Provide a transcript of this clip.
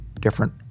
different